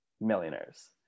millionaires